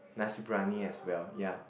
Nasi-Briyani as well ya